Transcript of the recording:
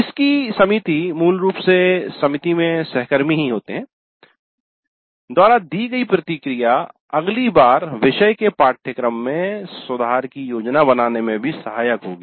इसकी समिति मूल रूप से समिति में सहकर्मी ही होते हैं द्वारा दी गई प्रतिक्रिया अगली बार विषय के पाठ्यक्रम में सुधार की योजना बनाने में भी सहायक होगी